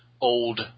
old